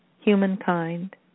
humankind